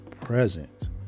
present